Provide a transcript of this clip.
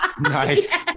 nice